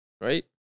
right